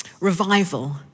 Revival